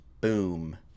Boom